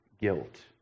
guilt